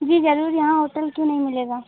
जी ज़रूर यहाँ होटल क्यों नहीं मिलेगा